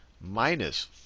minus